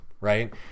right